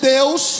Deus